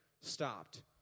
stopped